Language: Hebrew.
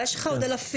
אבל יש לך עוד אלפים.